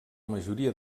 majoria